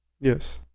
Yes